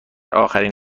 آخرین